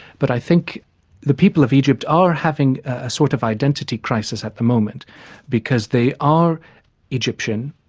but i think the people of egypt are having a sort of identity crisis at the moment because they are egyptian,